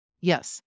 Yes